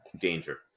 danger